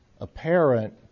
apparent